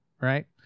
right